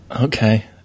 okay